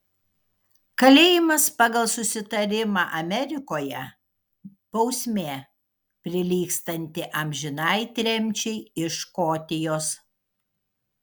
kalėjimas pagal susitarimą amerikoje bausmė prilygstanti amžinai tremčiai iš škotijos